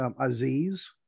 Aziz